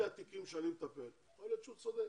יכול להיות שהם צודקים.